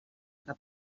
cap